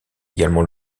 également